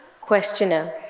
questioner